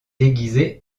déguisée